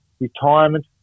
retirement